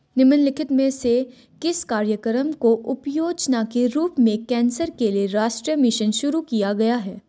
निम्नलिखित में से किस कार्यक्रम को उपयोजना के रूप में कैंसर के लिए राष्ट्रीय मिशन शुरू किया गया है?